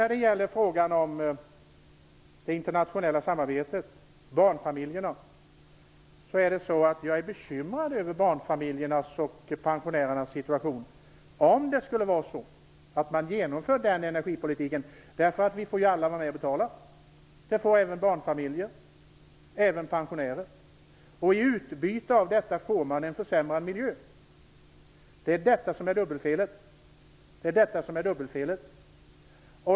När det gäller frågan om det internationella samarbetet och barnfamiljerna, är jag bekymrad över barnfamiljernas och pensionärerernas situation om man genomför den energipolitiken, därför att vi får ju alla vara med och betala. Det får även barnfamiljer och pensionärer. I utbyte får man en försämrad miljö. Det är detta som är dubbelfelet.